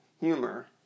humor